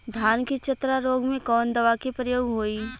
धान के चतरा रोग में कवन दवा के प्रयोग होई?